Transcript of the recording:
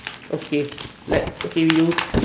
okay let okay you